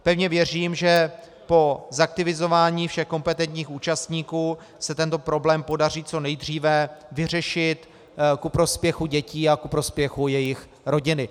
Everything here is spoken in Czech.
Pevně věřím, že po zaktivizování všech kompetentních účastníků se tento problém podaří co nejdříve vyřešit ku prospěchu dětí a ku prospěchu jejich rodiny.